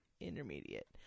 Intermediate